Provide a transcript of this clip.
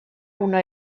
una